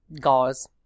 gauze